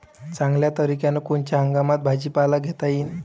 चांगल्या तरीक्यानं कोनच्या हंगामात भाजीपाला घेता येईन?